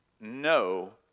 no